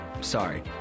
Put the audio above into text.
sorry